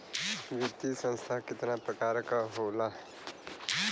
वित्तीय संस्था कितना प्रकार क होला?